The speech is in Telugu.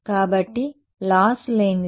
కాబట్టి లాస్ లేనిది